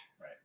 Right